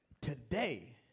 Today